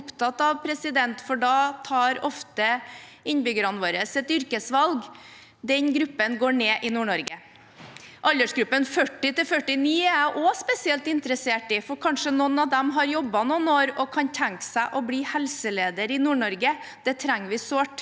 for da tar ofte innbyggerne våre et yrkesvalg, går ned i Nord-Norge. Aldersgruppen 40–49 år er jeg også spesielt interessert i, for kanskje noen av dem har jobbet noen år og kan tenke seg å bli helseleder i Nord-Norge. Det trenger vi sårt.